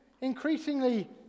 increasingly